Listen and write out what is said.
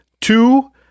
Two